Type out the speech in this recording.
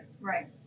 right